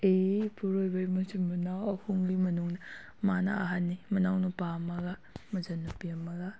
ꯑꯩ ꯏꯄꯨꯔꯑꯣꯏꯕꯩ ꯃꯆꯤꯟ ꯃꯅꯥꯎ ꯑꯍꯨꯝꯒꯤ ꯃꯅꯨꯡꯗ ꯃꯥꯅ ꯑꯍꯟꯅꯤ ꯃꯅꯥꯎꯅꯨꯄꯥ ꯑꯃꯒ ꯃꯆꯟꯅꯨꯄꯤ ꯑꯃꯒ